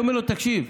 הייתי אומר לו: תקשיב,